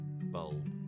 Bulb